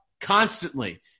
constantly